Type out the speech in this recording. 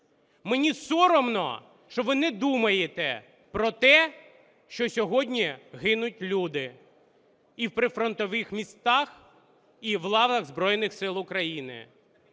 Мені соромно, що ви не думаєте про те, що сьогодні гинуть люди і в прифронтових містах, і в лавах Збройних Сил України.